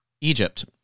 Egypt